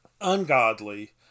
ungodly